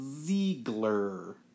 Ziegler